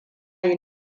yi